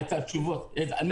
התש"ף-2020,